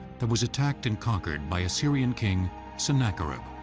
that was attacked and conquered by assyrian king sennacherib.